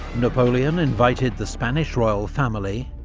napoleon invited the spanish royal family,